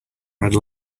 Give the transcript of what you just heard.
red